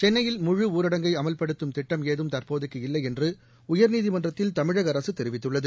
சென்னையில் முழு ஊரடங்கை அமல்படுத்தும் திட்டம் ஏதும் தற்போதைக்கு இல்லை என்று உயர்நீதிமன்றத்தில் தமிழக அரசு தெரிவித்துள்ளது